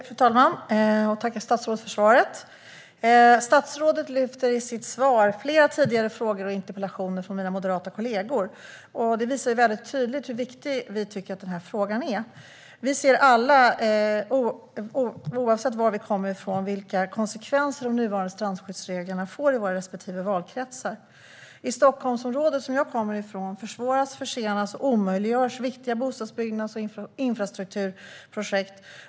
Fru talman! Jag tackar statsrådet för svaret. Statsrådet lyfter i sitt svar flera tidigare frågor och interpellationer från mina moderata kollegor. Det visar tydligt hur viktig vi tycker att denna fråga är. Vi ser alla, oavsett var vi kommer ifrån, vilka konsekvenser de nuvarande strandskyddsreglerna får i våra respektive valkretsar. I Stockholmsområdet, som jag kommer från, försvåras, försenas och omöjliggörs viktiga bostadsbyggnads och infrastrukturprojekt.